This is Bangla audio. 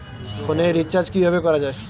ফোনের রিচার্জ কিভাবে করা যায়?